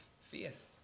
faith